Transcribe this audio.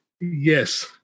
yes